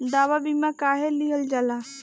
दवा बीमा काहे लियल जाला?